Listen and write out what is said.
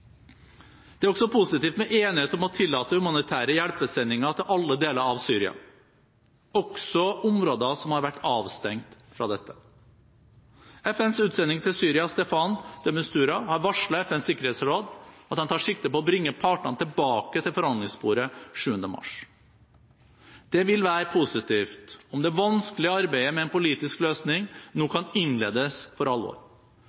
Det er også positivt med enighet om å tillate humanitære hjelpesendinger til alle deler av Syria, også områder som har vært avstengt fra dette. FNs utsending til Syria, Staffan de Mistura, har varslet FNs sikkerhetsråd om at han tar sikte på å bringe partene tilbake til forhandlingsbordet 7. mars. Det vil være positivt om det vanskelige arbeidet med en politisk løsning nå kan innledes for alvor.